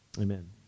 Amen